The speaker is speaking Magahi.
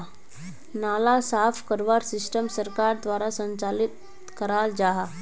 नाला साफ करवार सिस्टम सरकार द्वारा संचालित कराल जहा?